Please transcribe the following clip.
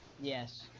Yes